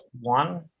one